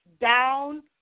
down